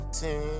team